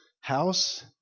house